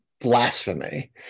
blasphemy